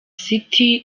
city